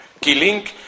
killing